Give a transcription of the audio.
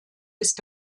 ist